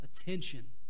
attention